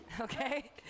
okay